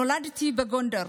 נולדתי בגונדר,